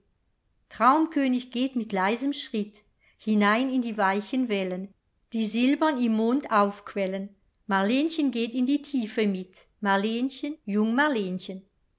traumkönig geht mit leisem schritt hinein in die weichen wellen die silbern im mond aufquellen marlenchen geht in die tiefe mit marlenchen